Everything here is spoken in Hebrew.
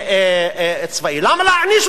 למה להעניש אותם?